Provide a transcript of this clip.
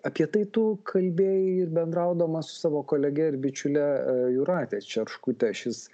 apie tai tu kalbėjai ir bendraudamas su savo kolege ir bičiule jūrate čerškute šis